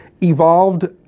evolved